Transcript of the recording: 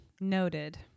noted